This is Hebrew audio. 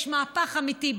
יש מהפך אמיתי,